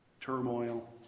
turmoil